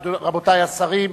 רבותי השרים,